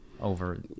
over